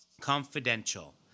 Confidential